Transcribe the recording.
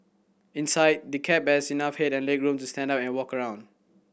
inside the cab has enough head and legroom to stand up and walk around